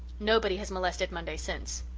nobody has molested monday since.